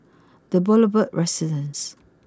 the Boulevard Residence